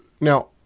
Now